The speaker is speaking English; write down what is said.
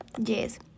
Yes